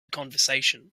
conversation